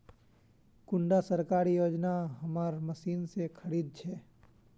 कुंडा सरकारी योजना हमार मशीन से खरीद छै?